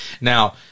Now